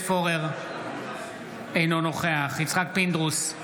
אינו נוכח יצחק פינדרוס,